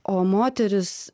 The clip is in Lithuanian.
o moterys